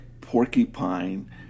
porcupine